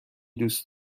دوست